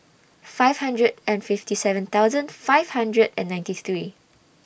five hundred and fifty seven thousand five hundred and ninety three